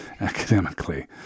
Academically